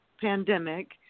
pandemic